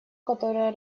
которая